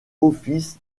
office